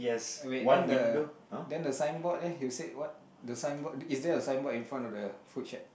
eh wait then the then the sign board leh you said what the sign board is there a sign board in front of the food shack